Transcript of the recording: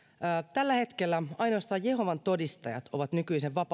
tällä hetkellä ainoastaan jehovan todistajat ovat nykyisen